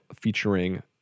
featuring